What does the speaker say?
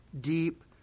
deep